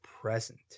present